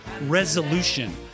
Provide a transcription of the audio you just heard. resolution